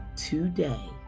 Today